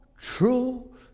true